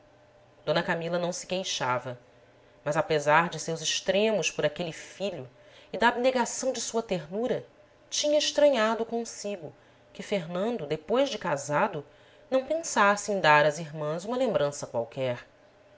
d camila não se queixava mas apesar de seus extremos por aquele filho e da abnegação de sua ternura tinha estranhado consigo que fernando depois de casado não pensasse em dar às irmãs uma lembrança qualquer